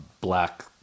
black